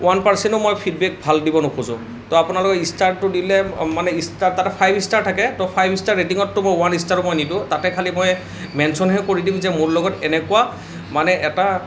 one পাৰ্চেণ্টো মই feedback ভাল দিব নোখোজো তো আপোনালোকে ষ্টাৰটো দিলে মানে ষ্টাৰ তাত ফাইভ ষ্টাৰ থাকে তো ফাইভ ষ্টাৰ ৰেৰ্টিঙতটো মই ৱান ষ্টাৰো মই নিদিও তাতে খালী মই মেনশ্বনহে কৰি দিম যে মোৰ লগত এনেকুৱা মানে এটা